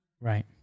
Right